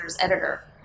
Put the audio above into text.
editor